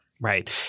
right